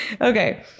Okay